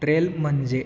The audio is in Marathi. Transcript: ट्रेल म्हणजे